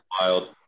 Wild